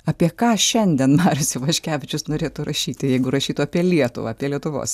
apie ką šiandien marius ivaškevičius norėtų rašyti jeigu rašytų apie lietuvą apie lietuvos